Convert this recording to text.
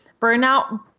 burnout